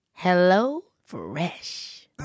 HelloFresh